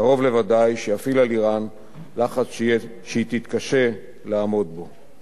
קרוב לוודאי שיפעיל על אירן לחץ שהיא תתקשה לעמוד בו.